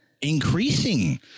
Increasing